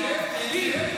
מי?